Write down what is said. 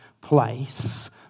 place